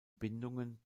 bindungen